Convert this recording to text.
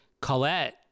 Colette